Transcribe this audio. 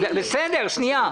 בסדר, שנייה.